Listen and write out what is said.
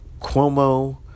Cuomo